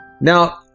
Now